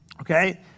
Okay